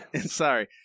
sorry